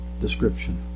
description